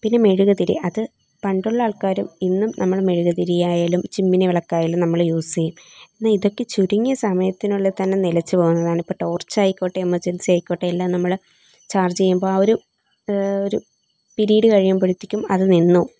പിന്നെ മെഴുകുതിരി അത് പണ്ടുള്ള ആൾക്കാരും ഇന്നും നമ്മൾ മെഴുകുതിരിയായാലും ചിമ്മിനി വിളക്കായാലും നമ്മൾ യൂസ് ചെയ്യും എന്നാൽ ഇതൊക്കെ ചുരുങ്ങിയ സമയത്തിനുള്ളിൽ തന്നെ നിലച്ചു പോകുന്നതാണ് ഇപ്പോൾ ടോർച്ച് ആയിക്കോട്ടെ എമർജൻസി ആയിക്കോട്ടെ എല്ലാം നമ്മൾ ചാർജ് ചെയ്യുമ്പോ ആ ഒരു ഒരു പീരീഡ് കഴിയുമ്പോഴത്തേക്കും അത് നിന്നുപോവും